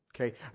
Okay